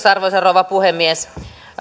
arvoisa rouva puhemies